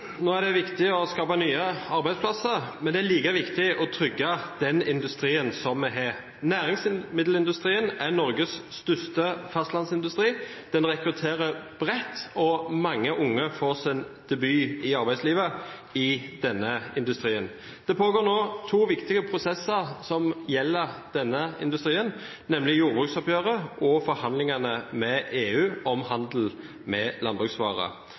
det viktig å skape nye arbeidsplasser. Men det er like viktig å trygge den industrien vi har. Næringsmiddelindustrien er Norges største fastlandsindustri, den rekrutterer bredt, og mange unge får sin debut i arbeidslivet i denne industrien. Det pågår nå to viktige prosesser som gjelder denne industrien, nemlig jordbruksoppgjøret og forhandlingene med EU om handel med landbruksvarer.